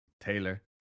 Taylor